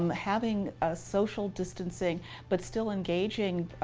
um having a social distancing but still engaging,